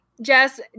Jess